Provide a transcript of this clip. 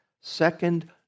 Second